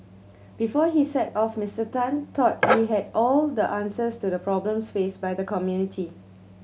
before he set off Mister Tan thought he had all the answers to the problems faced by the community